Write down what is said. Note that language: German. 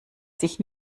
sich